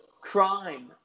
crime